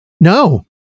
No